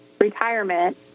retirement